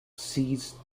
seized